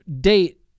date